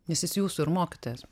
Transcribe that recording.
nes jis jūsų mokytojas